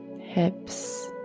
hips